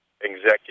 executive